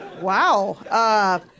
Wow